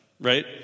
right